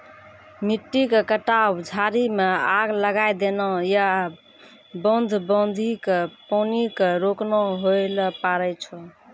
मिट्टी के कटाव, झाड़ी मॅ आग लगाय देना या बांध बांधी कॅ पानी क रोकना होय ल पारै छो